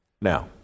Now